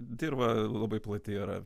dirva labai plati yra